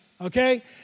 okay